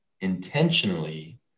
intentionally